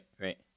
Right